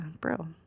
bro